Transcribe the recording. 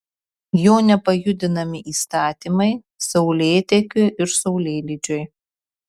jo nepajudinami įstatymai saulėtekiui ir saulėlydžiui